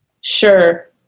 sure